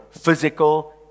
physical